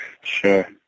Sure